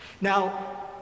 Now